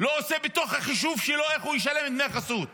לא עושה בתוך החישוב שלו איך הוא ישלם דמי חסות